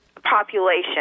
Population